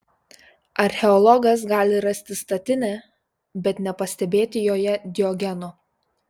archeologas gali rasti statinę bet nepastebėti joje diogeno